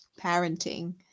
parenting